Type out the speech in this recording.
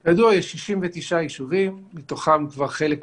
כידוע, יש 69 יישובים, מתוכם כבר חלק הוסדרו.